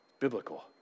Biblical